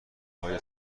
های